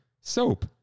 soap